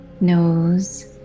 nose